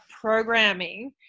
programming